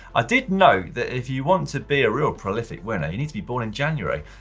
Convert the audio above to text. i did note that if you want to be a real prolific winner you need to be born in january.